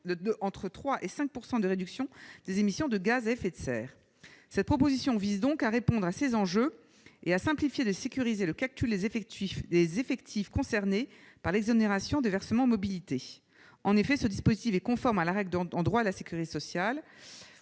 a permis une réduction des émissions de gaz à effet de serre de 3 % à 5 %. Cette proposition vise donc à répondre à ces enjeux et à simplifier et à sécuriser le calcul des effectifs concernés par l'exonération du versement mobilité. En effet, ce dispositif est conforme à la règle fixée par l'article